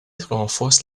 renforce